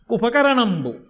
Kupakaranambu